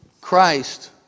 Christ